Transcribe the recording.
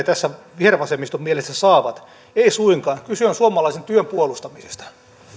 tässä vihervasemmiston mielestä saavat ei suinkaan kyse on suomalaisen työn puolustamisesta